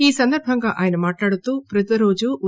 ఈ సందర్బంగా ఆయన మాట్లాడుతూ ప్రతి రోజు ఉ